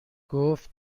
گفت